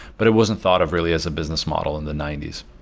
but it wasn't thought of really as a business model in the ninety s.